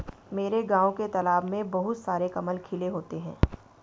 मेरे गांव के तालाब में बहुत सारे कमल खिले होते हैं